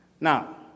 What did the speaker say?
Now